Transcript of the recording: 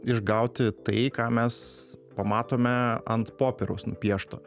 išgauti tai ką mes pamatome ant popieriaus nupiešta